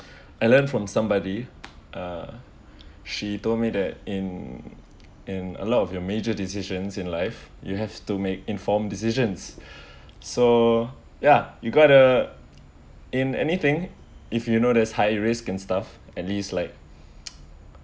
I learnt from somebody uh she told me that in in a lot of your major decisions in life you have to make informed decisions so ya you got uh in anything if you know there's high risk and stuff at least like